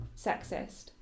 sexist